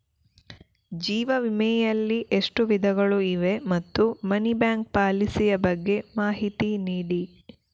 ಜೀವ ವಿಮೆ ಯಲ್ಲಿ ಎಷ್ಟು ವಿಧಗಳು ಇವೆ ಮತ್ತು ಮನಿ ಬ್ಯಾಕ್ ಪಾಲಿಸಿ ಯ ಬಗ್ಗೆ ಮಾಹಿತಿ ನೀಡಿ?